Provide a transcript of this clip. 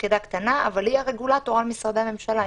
אבל היא הרגולטור על משרדי הממשלה.